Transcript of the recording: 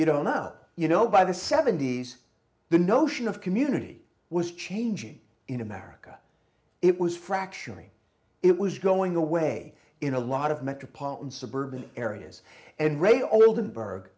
you don't know you know by the seventy's the notion of community was changing in america it was fracturing it was going away in a lot of metropolitan suburban areas and radio oldenburg